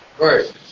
Right